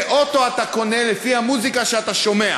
אוטו אתה קונה לפי המוזיקה שאתה שומע.